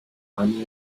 army